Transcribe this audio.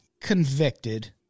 convicted